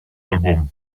album